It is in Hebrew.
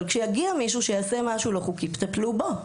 אבל כשיגיע מישהו שיעשה משהו לא חוקי, טפלו בו.